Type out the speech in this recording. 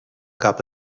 gab